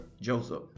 joseph